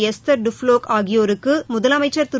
Esther Duflo ஆகியோருக்கு முதலமைச்சா் திரு